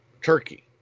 Turkey